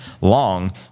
long